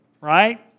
right